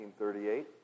1938